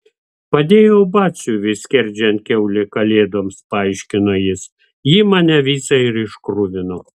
padėjau batsiuviui skerdžiant kiaulę kalėdoms paaiškino jis ji mane visą ir iškruvino